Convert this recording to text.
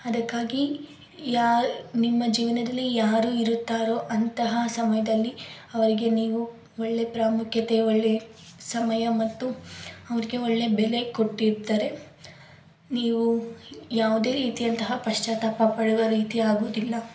ಅದಕ್ಕಾಗಿ ಯಾ ನಿಮ್ಮ ಜೀವನದಲ್ಲಿ ಯಾರು ಇರುತ್ತಾರೋ ಅಂತಹ ಸಮಯದಲ್ಲಿ ಅವರಿಗೆ ನೀವು ಒಳ್ಳೆ ಪ್ರಾಮುಖ್ಯತೆ ಒಳ್ಳೆ ಸಮಯ ಮತ್ತು ಅವ್ರಿಗೆ ಒಳ್ಳೆ ಬೆಲೆ ಕೊಟ್ಟಿದ್ದರೆ ನೀವು ಯಾವುದೇ ರೀತಿಯಂತಹ ಪಶ್ಚಾತ್ತಾಪ ಪಡುವ ರೀತಿ ಆಗೋದಿಲ್ಲ